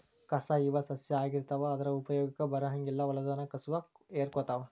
ಕಸಾ ಇವ ಸಸ್ಯಾ ಆಗಿರತಾವ ಆದರ ಉಪಯೋಗಕ್ಕ ಬರಂಗಿಲ್ಲಾ ಹೊಲದಾನ ಕಸುವ ಹೇರಕೊತಾವ